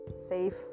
safe